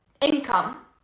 income